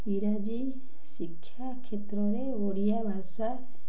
ଇଂରାଜୀ ଶିକ୍ଷା କ୍ଷେତ୍ରରେ ଓଡ଼ିଆ ଭାଷା